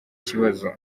kibazo